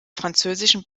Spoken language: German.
französischen